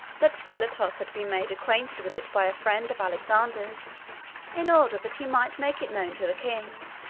that philotas had been made acquainted with it by a friend of alexander's in order that he might make it known to the king